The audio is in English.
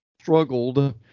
struggled